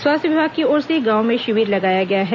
स्वास्थ्य विभाग की ओर से गांव में शिविर लगाया गया है